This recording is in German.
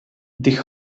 die